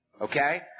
Okay